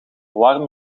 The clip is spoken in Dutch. warme